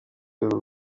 rwego